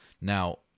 Now